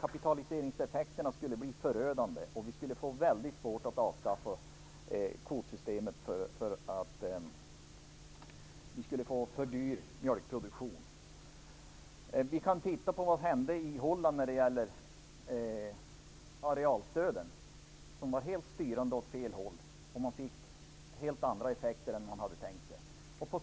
Kapitaliseringseffekterna skulle nämligen bli förödande, och vi skulle få mycket svårt att avskaffa kvotsystemet, eftersom vi skulle få en för dyr mjölkproduktion. Vi kan se vad som hände i Holland när det gäller arealstöden, som var helt styrande åt fel håll, och man fick helt andra effekter än man hade tänkt sig. Vi